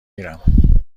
میرم